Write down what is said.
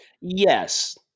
Yes